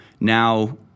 now